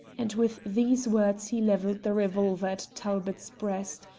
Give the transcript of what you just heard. and with these words he levelled the revolver talbot's breast,